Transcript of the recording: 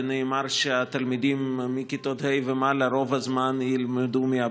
ונאמר שהתלמידים מכיתות ה' ומעלה ילמדו רוב הזמן מהבית,